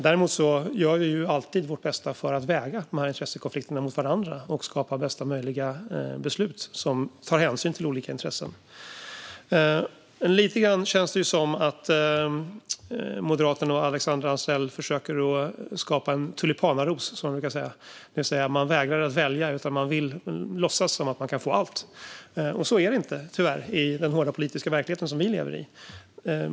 Däremot gör vi alltid vårt bästa för att väga de intressekonflikterna mot varandra och skapa bästa möjliga beslut som tar hänsyn till olika intressen. Det känns lite grann som att Moderaterna och Alexandra Anstrell försöker att skapa en tulipanaros, som man brukar säga. Man vägrar att välja utan man vill låtsas som att man kan få allt. Så är det inte tyvärr i den hårda politiska verkligheten som vi lever i.